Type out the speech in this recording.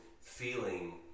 feeling